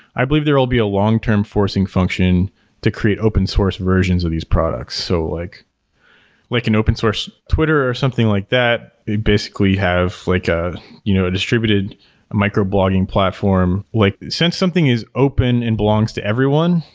i believe there will be a long-term forcing function to create open source versions of these products. so like like an open source twitter or something like that, they basically have like ah you know a distributed micro-blogging platform. like since something is open and belongs to everyone,